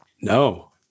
No